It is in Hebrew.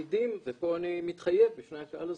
ופה אני מתחייב בפני הקהל הזה,